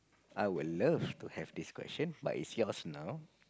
I will love to have this question but it's yours now